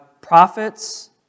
prophets